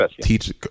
teach